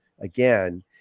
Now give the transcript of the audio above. again